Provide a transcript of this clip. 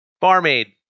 barmaid